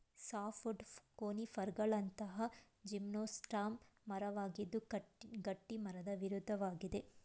softwood ಕೋನಿಫರ್ಗಳಂತಹ gymnosperm ಮರವಾಗಿದ್ದು ಗಟ್ಟಿಮರದ ವಿರುದ್ಧವಾಗಿದೆ